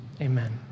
Amen